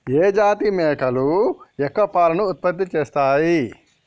ఏ జాతి మేకలు ఎక్కువ పాలను ఉత్పత్తి చేస్తయ్?